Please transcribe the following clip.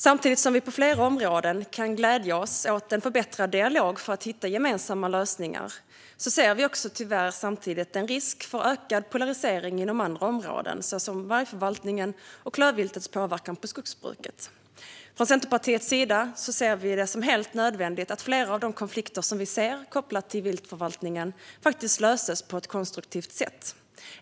Samtidigt som vi på flera områden kan glädja oss åt en förbättrad dialog för att hitta gemensamma lösningar ser vi också tyvärr samtidigt en risk för ökad polarisering inom andra områden, såsom vargförvaltningen och klövviltets påverkan på skogsbruket. Från Centerpartiets sida ser vi det som helt nödvändigt att flera av de konflikter som vi ser kopplat till viltförvaltningen löses på ett konstruktivt sätt.